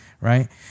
Right